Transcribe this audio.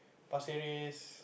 Pasir Ris